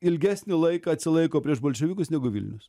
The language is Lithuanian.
ilgesnį laiką atsilaiko prieš bolševikus negu vilnius